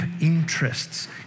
interests